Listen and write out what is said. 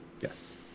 Yes